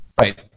Right